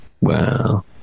Wow